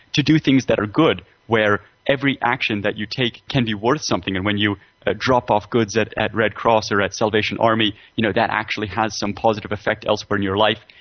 to do things that are good, where very action that you take can be worth something, and when you ah drop off goods at at red cross or at salvation army, you know that actually has some positive effect elsewhere in your life,